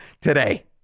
today